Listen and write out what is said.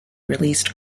released